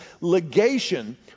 legation